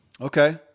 Okay